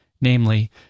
namely